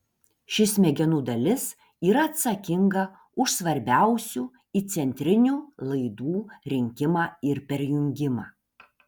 ši smegenų dalis yra atsakinga už svarbiausių įcentrinių laidų rinkimą ir perjungimą